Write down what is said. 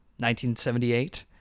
1978